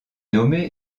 nommé